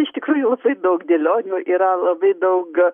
iš tikrųjų labai daug dėlionių yra labai daug